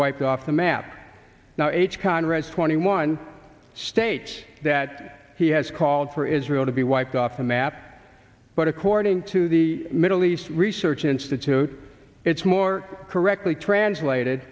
wiped off the map now h conrads twenty one states that he has called for israel to be wiped off the map but according to the middle east research institute it's more correctly translated